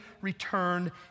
returned